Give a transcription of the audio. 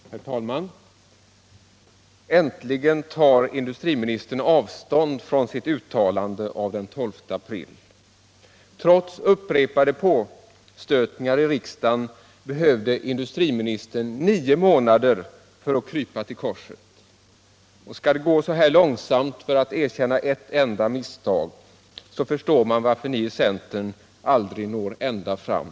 Herr talman! Äntligen tar industriministern avstånd från sitt uttalande av den 12 april! Trots upprepade påstötningar i riksdagen behövde industriministern nio månder för att krypa till korset. Skall det gå så långsamt med att erkänna ett enda misstag, förstår man varför ni i centern aldrig når ända fram!